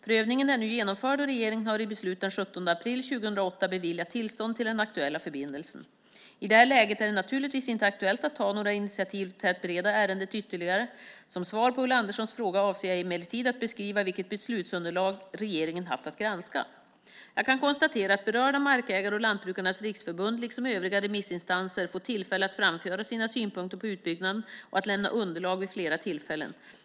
Prövningen är nu genomförd och regeringen har i beslut den 17 april 2008 beviljat tillstånd till den aktuella förbindelsen. I det här läget är det naturligtvis inte aktuellt att ta några initiativ till att bereda ärendet ytterligare. Som svar på Ulla Anderssons fråga avser jag emellertid att beskriva vilket beslutsunderlag regeringen har haft att granska. Jag kan konstatera att berörda markägare och Lantbrukarnas riksförbund, LRF, liksom övriga remissinstanser har fått tillfälle att framföra sina synpunkter på utbyggnaden och att lämna underlag vid flera tillfällen.